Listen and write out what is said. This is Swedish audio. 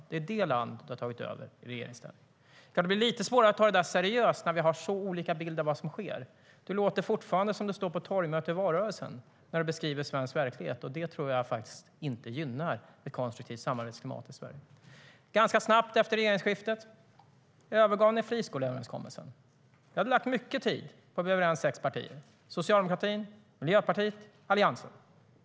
Det är det landet du har tagit över i regeringsställning. Ganska snabbt efter regeringsskiftet övergav ni friskoleöverenskommelsen. Vi hade lagt ned mycket tid på att sex partier skulle bli överens: Socialdemokraterna, Miljöpartiet och Alliansen.